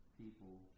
people